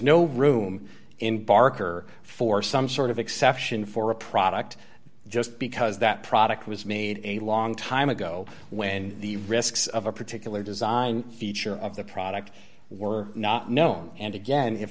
no room in barker for some sort of exception for a product just because that product was made a long time ago when the risks of a particular design feature of the product were not known and again i